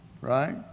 right